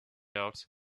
out